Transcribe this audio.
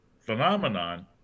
phenomenon